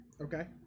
Okay